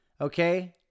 Okay